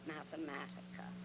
Mathematica